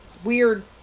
Weird